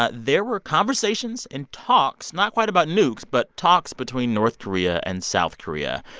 ah there were conversations and talks not quite about nukes but talks between north korea and south korea,